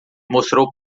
mostrou